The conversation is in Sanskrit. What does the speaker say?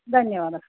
धन्यवादः